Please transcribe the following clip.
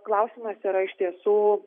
klausimas yra iš tiesų